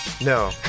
No